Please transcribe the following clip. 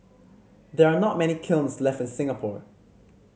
there are not many kilns left in Singapore